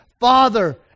Father